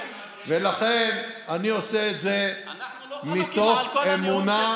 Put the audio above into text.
אני עושה את זה מתוך אמונה,